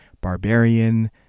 barbarian